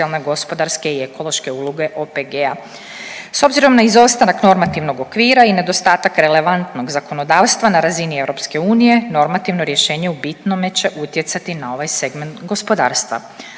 gospodarske i ekološke uloge OPG-a. S obzirom na izostanak normativnog okvira i nedostatak relevantnog zakonodavstva na razini EU normativno rješenje u bitnome će utjecati na ovaj segment gospodarstva.